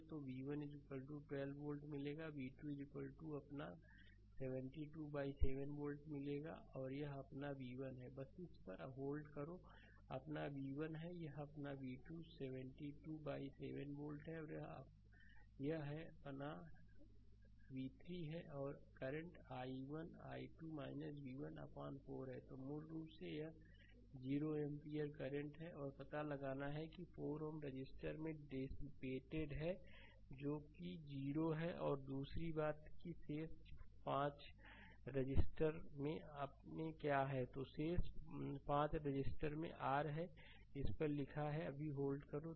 slide समय देखें 1016 तो v1 12 वोल्ट मिलेगा v2 अपना 72बाइ 7 वोल्ट यह अपना v1 है बस इस पर होल्ड करो अपना v1 है यहअपना v2 72 बाइ 7 वोल्ट है और यहअ पना v3 है और करंट i1 12 v1 अपान 4 है तो मूल रूप से यह 0 एम्पीयर करंट है और यह पता लगाना है कि 4 Ω रेसिस्टर में डेसीपेटेड है जो कि 0 है और दूसरी बात यह है कि शेष 5 रेसिस्टर में अपना क्या है स्लाइड समय देखें 1054 तो शेष 5 रेसिस्टर में r है इस पर लिखा है कि अभी होल्ड करें